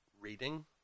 reading